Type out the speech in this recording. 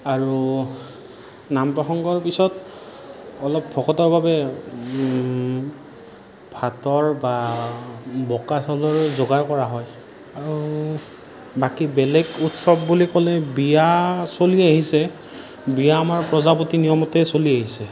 আৰু নাম প্ৰসঙ্গৰ পিছত অলপ ভকতৰ বাবে ভাতৰ বা বোকা চাউলৰ জোগাৰ কৰা হয় আৰু বাকী বেলেগ উৎসৱ বুলি ক'লে বিয়া চলি আহিছে বিয়া আমাৰ প্ৰজাপতি নিয়মতেই চলি আহিছে